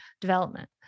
development